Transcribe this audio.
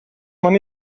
man